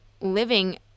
living